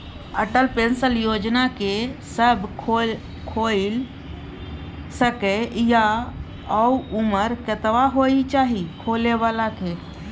Atal pension योजना के के सब खोइल सके इ आ उमर कतबा होय चाही खोलै बला के?